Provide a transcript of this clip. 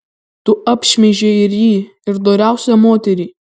tu apšmeižei ir jį ir doriausią moterį